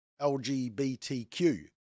lgbtq